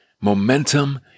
Momentum